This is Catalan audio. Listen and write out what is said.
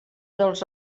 dels